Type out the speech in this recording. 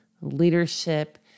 leadership